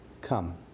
Come